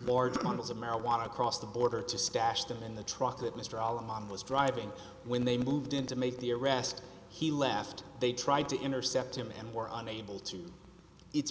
large amounts of marijuana across the border to stash them in the truck that mr all of mom was driving when they moved in to make the arrest he left they tried to intercept him and were unable to it's